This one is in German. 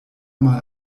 mal